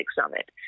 Summit